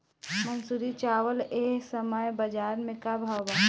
मंसूरी चावल एह समय बजार में का भाव बा?